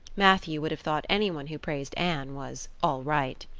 matthew would have thought anyone who praised anne was all right.